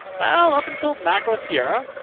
well up until macro sierra.